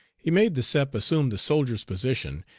he made the sep assume the soldier's position,